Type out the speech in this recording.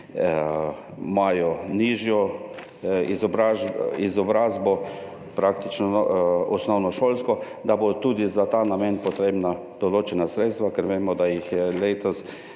ki imajo nižjo izobrazbo, praktično osnovnošolsko, tudi za ta namen potrebna določena sredstva, ker vemo, da je letos